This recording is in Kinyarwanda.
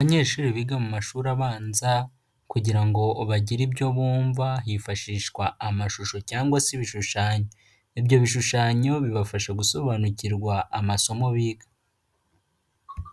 Abanyeshuri biga mu mashuri abanza, kugira ngo bagire ibyo bumva, hifashishwa amashusho cyangwa se ibishushanyo ibyo bishushanyo bibafasha gusobanukirwa amasomo biga.